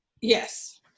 Yes